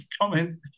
comments